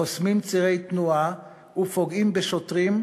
חוסמים צירי תנועה ופוגעים בשוטרים,